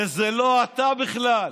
וזה לא אתה בכלל.